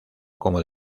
como